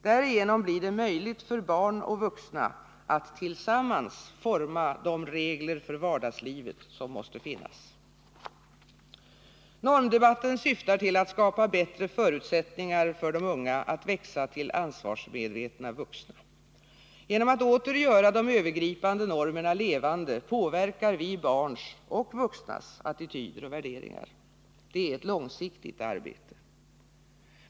Därigenom blir det möjligt för barn och vuxna att tillsammans forma de regler för vardagslivet som måste finnas. Normdebatten syftar till att skapa bättre förutsättningar för de unga att växa till ansvarsmedvetna vuxna. Genom att åter göra de övergripande normerna levande påverkar vi barns och vuxnas attityder och värderingar. Det är ett långsiktigt arbete.